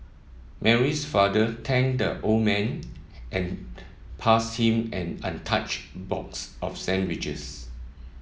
Mary's father thanked the old man and passed him an untouched box of sandwiches